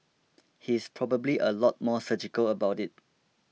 he's probably a lot more surgical about it